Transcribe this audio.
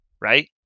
right